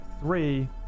three